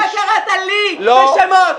אתה קראת לי בשמות.